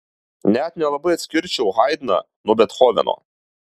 net nelabai atskirčiau haidną nuo bethoveno